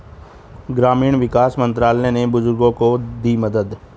ग्रामीण विकास मंत्रालय ने बुजुर्गों को दी मदद